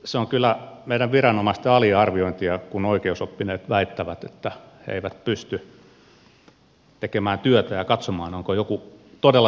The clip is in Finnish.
se on kyllä meidän viranomaisten aliarviointia kun oikeusoppineet väittävät että viranomaiset eivät pysty tekemään työtään ja katsomaan onko joku todella syyllistynyt rikokseen vai ei